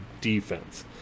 defense